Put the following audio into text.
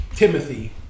Timothy